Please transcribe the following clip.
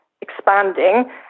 expanding